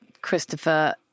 Christopher